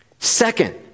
Second